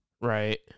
Right